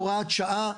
הוראת שעה.